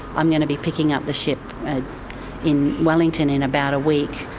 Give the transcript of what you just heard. i'm going to be picking up the ship in wellington in about a week,